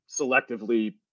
selectively